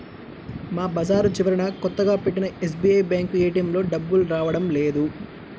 మా బజారు చివరన కొత్తగా పెట్టిన ఎస్బీఐ బ్యేంకు ఏటీఎంలో డబ్బులు రావడం లేదు